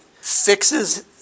fixes